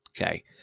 okay